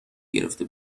گرفته